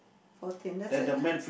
fourteen that's it ah